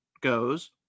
goes